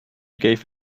gave